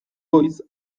goiz